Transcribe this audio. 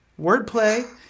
Wordplay